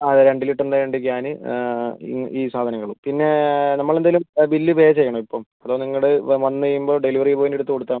അതെ രണ്ട് ലിറ്ററിൻ്റെ രണ്ട് ക്യാന് ഈ സാധനങ്ങളും പിന്നെ നമ്മളെന്തെങ്കിലും ബില്ല് പേ ചെയ്യാനോ ഇപ്പം അതോ നിങ്ങൾ വന്ന് കഴിയുമ്പോൾ ഡെലിവറി ബോയിന്റടുത്ത് കൊടുത്താൽ